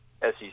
SEC